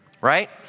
right